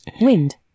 wind